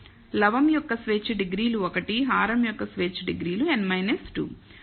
లవము యొక్క స్వేచ్ఛ డిగ్రీలు 1 హారం యొక్క స్వేచ్ఛ డిగ్రీలు n 2